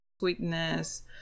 sweetness